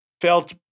felt